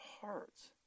hearts